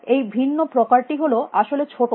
এই ভিন্ন প্রকার টি হল আসলে ছোটো